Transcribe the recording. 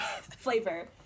flavor